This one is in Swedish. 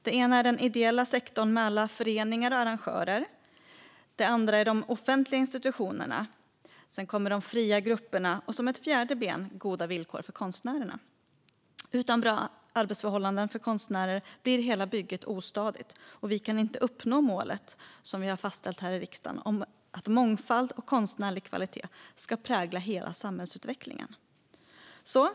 Det första är den ideella sektorn med alla föreningar och arrangörer, det andra är de offentliga institutionerna, det tredje är de fria grupperna och som ett fjärde ben kommer goda villkor för konstnärerna. Utan bra arbetsförhållanden för konstnärer blir hela bygget ostadigt, och vi kan inte uppnå målet som vi har fastställt här i riksdagen om att mångfald och konstnärlig kvalitet ska prägla hela samhällsutvecklingen.